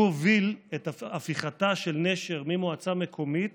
הוא הוביל את הפיכתה של נשר ממועצה מקומית